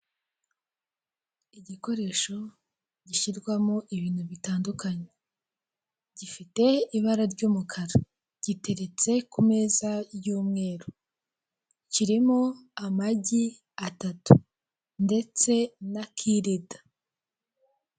Igikoresho gishyirwamo ibintu bitandukanye gifite ibara ry'umukara giteretse ku meza y'umweru kirimo amagi atatu ndetse na kirida.